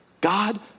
God